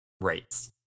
rates